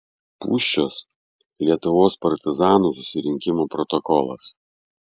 pūščios lietuvos partizanų susirinkimo protokolas